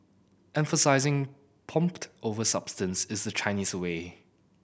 emphasising over substance is the Chinese way